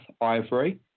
ivory